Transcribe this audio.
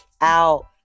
out